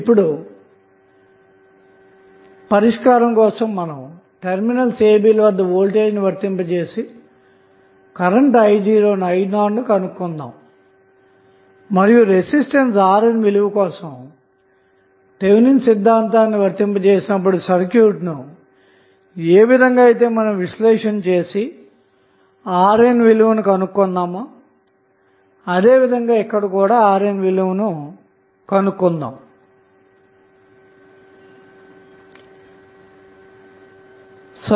ఇప్పుడు అది పరిష్కరించడానికి మనం టెర్మినల్స్ ab ల వద్ద వోల్టేజ్ ను వర్తింపజేసి కరెంటు i0ను కనుగొందాము మరియురెసిస్టెన్స్ RN విలువను కొరకు థెవినిన్ సిదంతం వర్తింపచేసినప్పుడు సర్క్యూట్ ను ఏ విధంగా అయితే విశ్లేషణ చేసి RN విలువను కనుగొన్నామో అదే విధంగా ఇక్కడ కూడా ఒక్క RN విలువను కనుగొందాము